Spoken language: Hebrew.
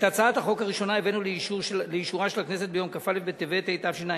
את הצעת החוק הראשונה הבאנו לאישורה של הכנסת ביום כ"א בטבת התשע"ב,